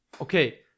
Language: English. okay